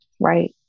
right